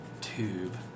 tube